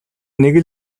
нэг